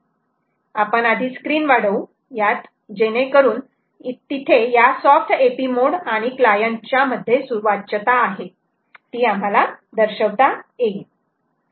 आपण आधी स्क्रीन वाढवू यात जेणेकरून तिथे या सॉफ्ट AP मोड आणि क्लायंट च्या मध्ये सुवाच्यता आहे ती आम्हाला दर्शवता येईल